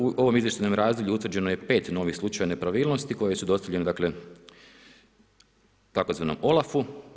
U ovom izvještajnom razdoblju utvrđeno je 5 novih slučajeva nepravilnosti koje su dostavljene, dakle tzv. OLAF-u.